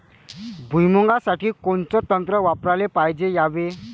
भुइमुगा साठी कोनचं तंत्र वापराले पायजे यावे?